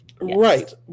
Right